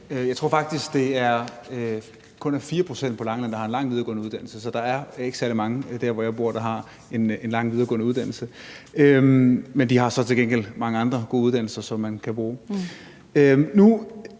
Jeg tror faktisk, at det kun er 4 pct. på Langeland, der har en lang videregående uddannelse, så der er ikke særlig mange dér, hvor jeg bor, der har en lang videregående uddannelse. Men de har så til gengæld mange andre gode uddannelser, som man kan bruge.